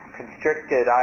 constricted